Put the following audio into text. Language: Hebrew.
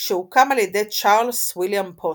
שהוקם על ידי צ'ארלס ויליאם פוסט,